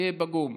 יהיה פגום.